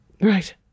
Right